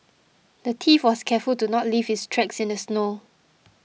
the thief was careful to not leave his tracks in the snow